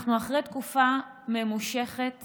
אנחנו אחרי תקופה ממושכת